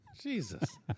jesus